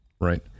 Right